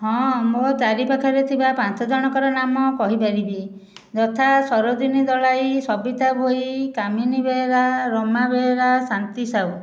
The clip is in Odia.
ହଁ ମୋ ଚାରି ପାଖରେ ଥିବା ପାଞ୍ଚ ଜଣଙ୍କର ନାମ କହିପାରିବି ଯଥା ସରୋଜିନୀ ଦଳାଇ ସବିତା ଭୋଇ ଦାମିନୀ ବେହେରା ରମା ବେହେରା ଶାନ୍ତି ସାହୁ